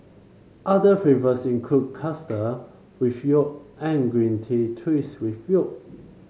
other flavours include custard with yolk and green tea twist with yolk